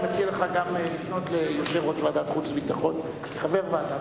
אני מציע לך גם לפנות אל יושב-ראש ועדת החוץ והביטחון כחבר הוועדה,